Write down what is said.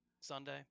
Sunday